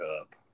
up